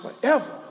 forever